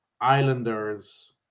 Islanders